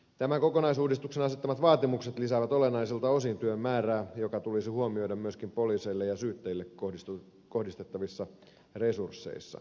tämän kokonaisuudistuksen asettamat vaatimukset lisäävät olennaisilta osin työn määrää joka tulisi huomioida myöskin poliiseille ja syyttäjille kohdistettavissa resursseissa